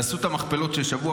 תעשו את המכפלות של שבוע.